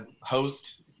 host